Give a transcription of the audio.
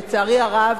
לצערי הרב,